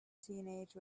teenage